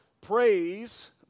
praise